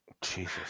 jesus